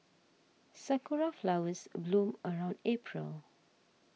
sakura flowers bloom around April